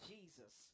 Jesus